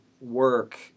work